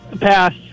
Pass